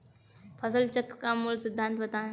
फसल चक्र का मूल सिद्धांत बताएँ?